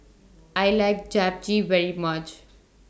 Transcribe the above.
I like Japchae very much